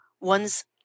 one's